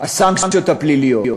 הסנקציות הפליליות.